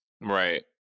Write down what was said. Right